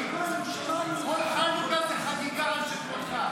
שמענו, שמענו.